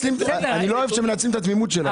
אני לא אוהב שמנצלים את התמימות שלנו.